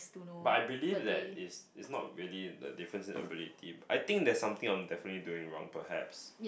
but I believe that it's it's not really the difference in ability I think there's something I'm definitely doing wrong perhaps